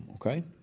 okay